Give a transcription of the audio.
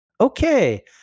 Okay